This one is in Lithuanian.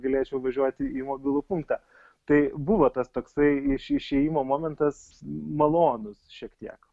galėčiau važiuoti į mobilų punktą tai buvo tas toksai iš išėjimo momentas malonus šiek tiek